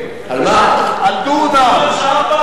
הוא אמר שאולי תגיד וזה הכול,